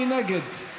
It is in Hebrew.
מי נגד?